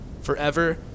forever